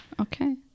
okay